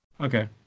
Okay